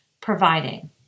providing